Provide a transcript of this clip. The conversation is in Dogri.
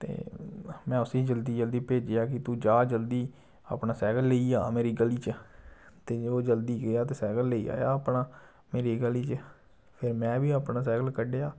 ते में उस्सी जल्दी जल्दी भेज्जेया कि तू जा जल्दी अपना सैकल लेइयै आ मेरी गली च ते ओह् जल्दी गेआ ते सैकल लेई आया अपना मेरी गली च फिर में बी अपना सैकल कड्डेआ